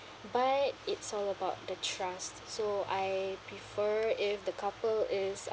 but it's all about the trust so I prefer if the couple is